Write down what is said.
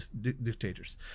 dictators